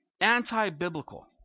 anti-biblical